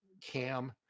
cam